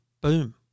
boom